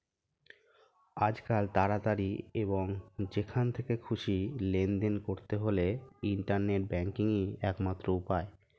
আজকাল তাড়াতাড়ি এবং যেখান থেকে খুশি লেনদেন করতে হলে ইন্টারনেট ব্যাংকিংই একমাত্র উপায়